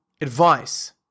Advice